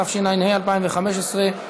התשע"ה 2015,